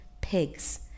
pigs